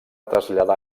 traslladar